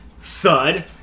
Thud